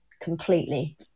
completely